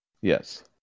Yes